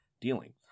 dealing